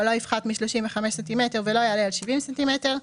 לא יפחת מ-35 ס"מ ולא יעלה על 70 ס"מ.